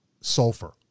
sulfur